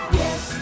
yes